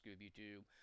Scooby-Doo